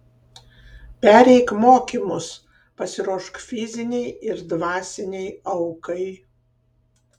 pereik mokymus pasiruošk fizinei ir dvasinei aukai